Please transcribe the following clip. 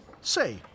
Say